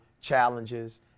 challenges